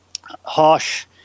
harsh